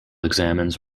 examines